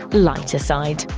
lighter side.